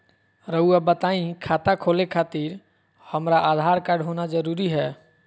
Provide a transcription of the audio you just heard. रउआ बताई खाता खोले खातिर हमरा आधार कार्ड होना जरूरी है?